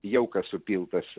jaukas supiltas